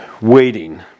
Waiting